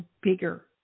bigger